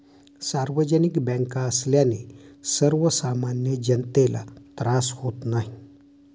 सार्वजनिक बँका असल्याने सर्वसामान्य जनतेला त्रास होत नाही